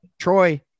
Troy